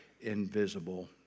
invisible